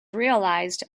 realized